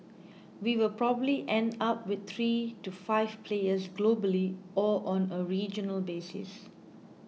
we will probably end up with three to five players globally or on a regional basis